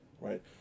Right